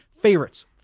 favorites